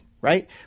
Right